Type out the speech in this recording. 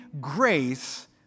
grace